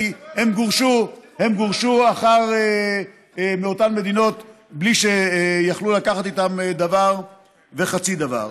כי הם גורשו מאותן מדינות בלי שיכלו לקחת איתם דבר וחצי דבר.